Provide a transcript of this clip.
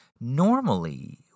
normally